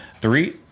Three